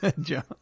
John